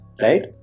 right